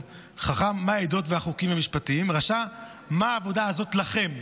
חכם: "מה העדות והחוקים והמשפטים?" רשע: "מה העבודה הזאת לכם?